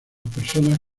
personas